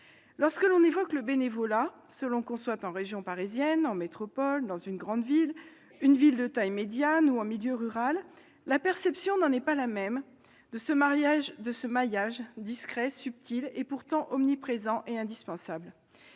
Lorsque l'on évoque le bénévolat, selon que l'on soit en région parisienne, en métropole, dans une grande ville, une ville de taille médiane ou en milieu rural, la perception n'est pas la même de ce maillage discret, subtil, et pourtant omniprésent et indispensable.